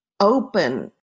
open